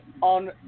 on